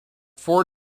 four